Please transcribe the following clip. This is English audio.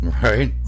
right